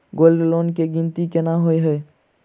Gold loan केँ गिनती केना होइ हय?